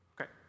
Okay